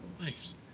nice